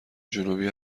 جنوبی